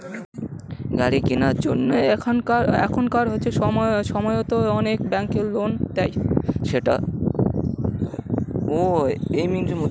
গাড়ি কেনার জন্য এখনকার সময়তো অনেক ব্যাঙ্ক লোন দেয়, সেটাকে অটো লোন বলে